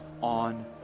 on